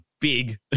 big